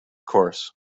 course